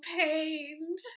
pained